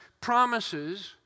promises